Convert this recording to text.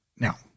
Now